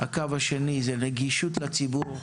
הקו השני הוא נגישות לציבור,